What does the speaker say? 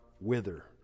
wither